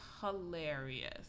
hilarious